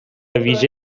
ویژه